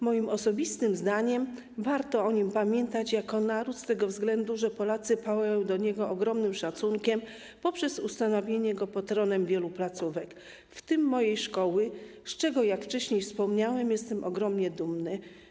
Moim osobistym zdaniem warto o nim pamiętać jako naród, z tego też względu Polacy pałają do niego ogromnym szacunkiem poprzez ustanawianie go patronem wielu placówek, w tym mojej szkoły, z czego, jak wcześniej wspomniałem, jestem ogromnie dumny.